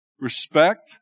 respect